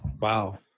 Wow